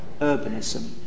urbanism